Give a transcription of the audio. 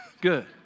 good